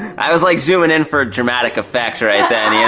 i was like zooming in for dramatic effect right then, yeah